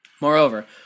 Moreover